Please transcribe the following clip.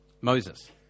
Moses